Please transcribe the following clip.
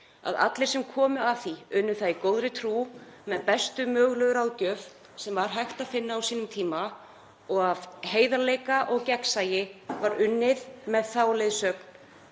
að allir sem komu að málinu unnu það í góðri trú með bestu mögulegu ráðgjöf sem var hægt að finna á sínum tíma og af heiðarleika og gegnsæi var unnið með þá leiðsögn